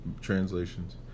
translations